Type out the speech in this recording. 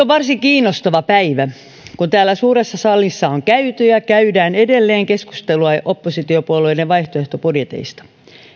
varsin kiinnostava päivä kun täällä suuressa salissa on käyty ja käydään edelleen keskustelua oppositiopuolueiden vaihtoehtobudjeteista